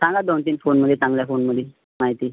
सांगा दोनतीन फोनमध्ये चांगल्या फोनमध्ये माहिती